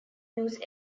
use